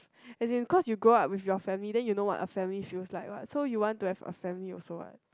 as because you grow up with your family then you know what a family use like what so you want to have a family also what